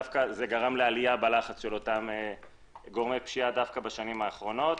זה עלה לעלייה בלחץ של אותם גורמי פשיעה דווקא בשנים האחרונות.